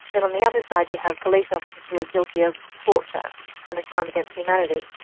then on the other side you have police officers who are guilty of torture and of crimes against humanity,